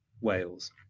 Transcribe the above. Wales